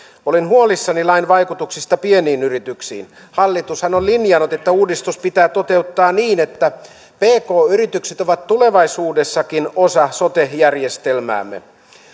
olen huolissani lain vaikutuksista pieniin yrityksiin hallitushan on linjannut että uudistus pitää toteuttaa niin että pk yritykset ovat tulevaisuudessakin osa sote järjestelmäämme